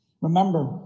Remember